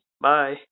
Bye